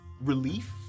relief